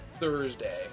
Thursday